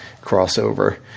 crossover